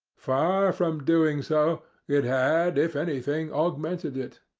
far from doing so, it had, if anything, augmented it.